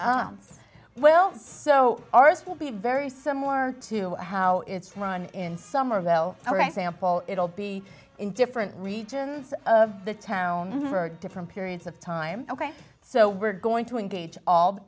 so well so ours will be very similar to how it's done in somerville sample it'll be in different regions of the town for different periods of time ok so we're going to engage all the